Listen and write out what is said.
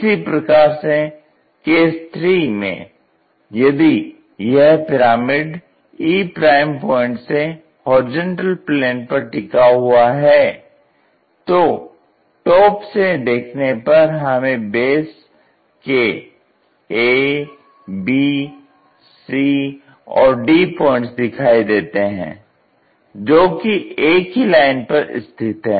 इसी प्रकार से केस 3 में यदि यह पिरामिड e पॉइंट से HP पर टिका हुआ है तो टॉप से देखने पर हमें बेस के a b c और d पॉइंट्स दिखाई देते हैं जो कि एक ही लाइन पर स्थित हैं